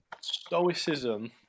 stoicism